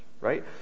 right